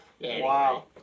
Wow